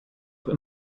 auch